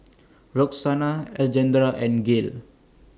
Roxana Alejandra and Gale